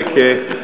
חכה.